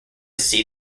see